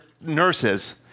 nurses